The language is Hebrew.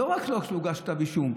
לא רק שלא הוגש כתב אישום,